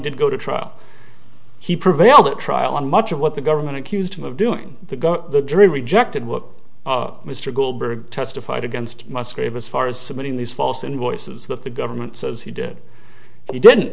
did go to trial he prevailed the trial and much of what the government accused him of doing the got the jury rejected what mr goldberg testified against musgrave as far as submitting these false and voices that the government says he did he didn't